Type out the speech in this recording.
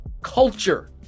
culture